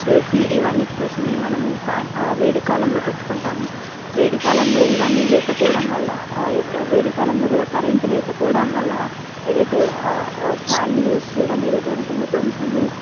ఏసి ఇవన్నిటి కోసమే ఫ్యా మనం వేడి కాలంలో పెట్టుకుంటాము వేడి కాలంలో ఇవన్నీ లేకపోవడం వల్ల వేడి కాలంలో కూడా కరెంటు లేకపోవడం వల్ల ఏదైతే ఫ్యాన్ యూజ్ చేయడం ఏదైతే ఉంటుందో కొంచము